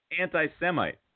anti-Semite